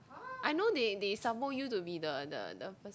I know they they sabo you to be the the the